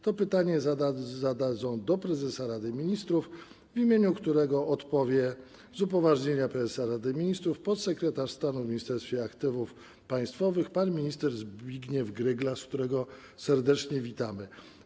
To pytanie skierują do prezesa Rady Ministrów, w imieniu którego odpowie - z upoważnienia prezesa Rady Ministrów - podsekretarz stanu w Ministerstwie Aktywów Państwowych pan minister Zbigniew Gryglas, którego serdecznie witamy.